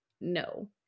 no